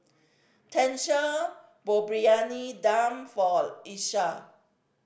Tenisha bought Briyani Dum for Isiah